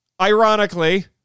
ironically